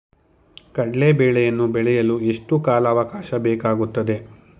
ಕಡ್ಲೆ ಬೇಳೆಯನ್ನು ಬೆಳೆಯಲು ಎಷ್ಟು ಕಾಲಾವಾಕಾಶ ಬೇಕಾಗುತ್ತದೆ?